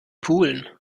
pulen